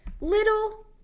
Little